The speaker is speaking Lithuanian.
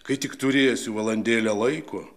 kai tik turėsiu valandėlę laiko